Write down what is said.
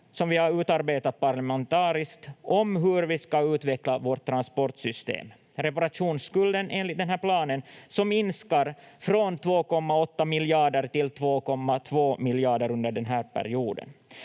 som vi har utarbetat parlamentariskt om hur vi ska utveckla vårt transportsystem. Enligt den här planen minskar reparationsskulden från 2,8 miljarder till 2,2 miljarder under den här perioden.